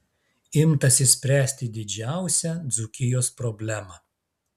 imtasi spręsti didžiausią dzūkijos problemą